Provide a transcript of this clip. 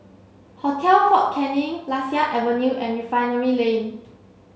Hotel Fort Canning Lasia Avenue and Refinery Lane